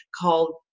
called